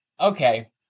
okay